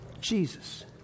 Jesus